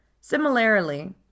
Similarly